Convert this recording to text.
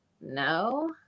no